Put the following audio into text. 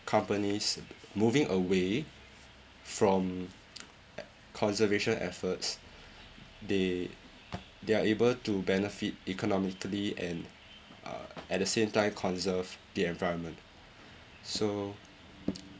companies moving away from uh conservation efforts they they are able to benefit economically and uh at the same time conserve the environment so